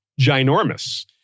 ginormous